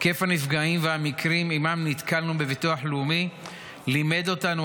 היקף הנפגעים והמקרים שבהם נתקלנו בביטוח לאומי לימד אותנו